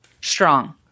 Strong